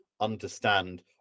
understand